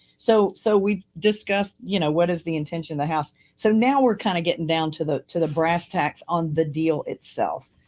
so so we've discussed, you know, what is the intention of the house? so now we're kind of getting down to the to the brass tax on the deal itself.